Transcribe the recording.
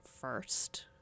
first